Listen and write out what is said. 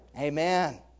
Amen